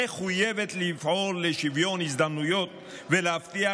ומחויבת לפעול לשוויון הזדמנויות ולהבטיח